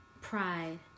Pride